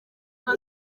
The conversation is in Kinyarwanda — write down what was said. kuko